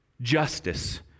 Justice